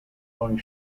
going